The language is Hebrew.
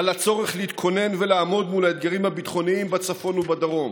על הצורך להתכונן ולעמוד מול האתגרים הביטחוניים בצפון ובדרום,